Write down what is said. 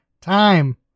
time